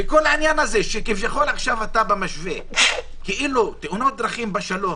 וכל העניין שאתה משווה כאילו תאונות דרכים בשלום